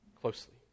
closely